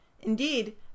Indeed